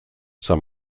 san